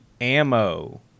Ammo